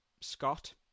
Scott